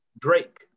Drake